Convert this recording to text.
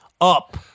up